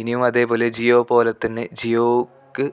ഇനിയും അതേപോലെ ജിയോ പോലത്തന്നെ ജിയോക്ക്